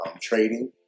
trading